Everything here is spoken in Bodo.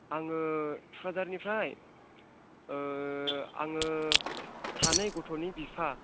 आङो टुक्राझारनिफ्राय आङो सानै गथ'नि बिफा